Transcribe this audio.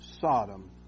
Sodom